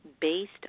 based